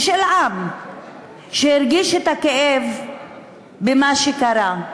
ושל עם שהרגיש את הכאב במה שקרה,